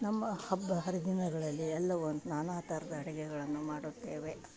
ನಮ್ಮ ಹಬ್ಬ ಹರಿದಿನಗಳಲ್ಲಿ ಎಲ್ಲವು ನಾನಾ ಥರದ ಅಡಿಗೆಗಳನ್ನು ಮಾಡುತ್ತೇವೆ